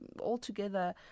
altogether